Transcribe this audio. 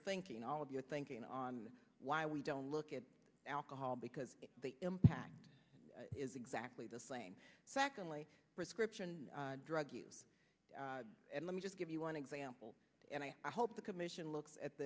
of your thinking on why we don't look at alcohol because the impact is exactly the same secondly prescription drug use and let me just give you one example and i hope the commission looks at